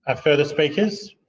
ah further speakers?